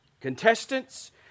Contestants